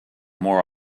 more